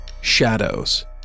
Shadows